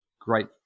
great